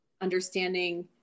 Understanding